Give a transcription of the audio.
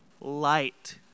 light